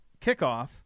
kickoff